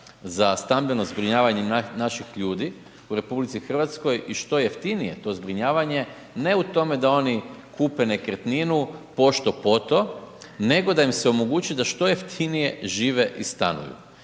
za stambeno zbrinjavanje naših ljudi u RH i što jeftinije to zbrinjavanje, ne u tome da oni kupe nekretninu pošto poto, nego da im se omogući da što jeftinije žive i stanuju.